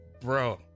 Bro